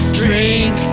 drink